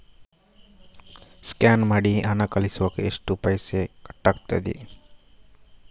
Scan ಮಾಡಿ ಹಣ ಕಳಿಸುವಾಗ ಎಷ್ಟು ಪೈಸೆ ಕಟ್ಟಾಗ್ತದೆ?